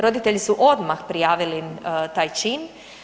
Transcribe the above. Roditelji su odmah prijavili taj čin.